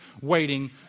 waiting